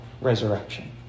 resurrection